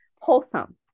wholesome